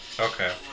Okay